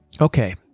Okay